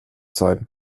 sein